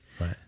right